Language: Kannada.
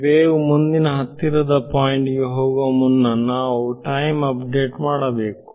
ವೇವು ಮುಂದಿನ ಹತ್ತಿರದ ಪಾಯಿಂಟ್ ಗೆ ಹೋಗುವ ಮುನ್ನ ನಾವು ಟೈಮ್ ಅಪ್ಡೇಟ್ ಮಾಡಬೇಕು